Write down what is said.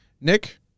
Nick